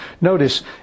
Notice